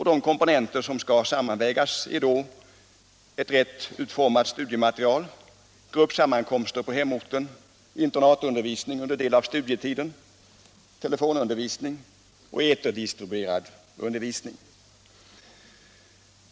De komponenter som skall sammanvägas är ett rätt utformat studiematerial, gruppsammankomster på hemorten, internatundervisning under del av studietiden, telefonundervisning och eterdistribuerad undervisning.